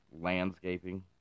landscaping